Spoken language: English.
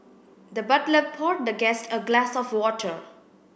the butler poured the guest a glass of water